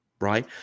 right